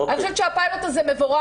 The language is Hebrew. אני חושבת שהפיילוט הזה מבורך.